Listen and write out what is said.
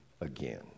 again